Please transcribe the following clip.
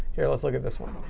here, let's look at this one.